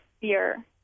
fear